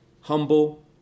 humble